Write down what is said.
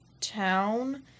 town